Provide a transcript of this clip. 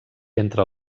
entre